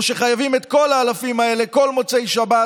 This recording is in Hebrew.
או שחייבים את כל האלפים האלה כל מוצאי שבת,